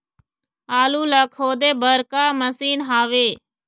आलू ला खोदे बर का मशीन हावे?